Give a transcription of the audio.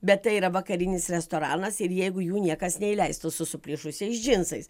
bet tai yra vakarinis restoranas ir jeigu jų niekas neįleistų su suplyšusiais džinsais